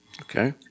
Okay